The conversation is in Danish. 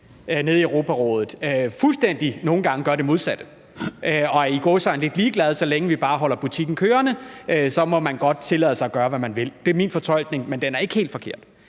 nede i Europarådet, fuldstændig nogle gange gør det modsatte og – i gåseøjne – er lidt ligeglade. Så længe man bare holder butikken kørende, kan man godt tillade sig at gøre, hvad man vil; det er min fortolkning, men den er ikke helt forkert.